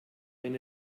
wenn